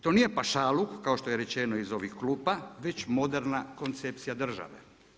To nije pašaluk kao što je rečeno iz ovih klupa već moderna koncepcija države.